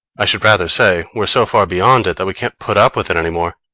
i should rather say we're so far beyond it that we can't put up with it any more.